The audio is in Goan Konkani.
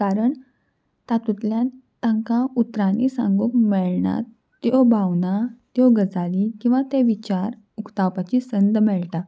कारण तातूंतल्यान तांकां उतरांनी सांगूंक मेळनात त्यो भावना त्यो गजाली किंवां ते विचार उक्तावपाची संद मेळटा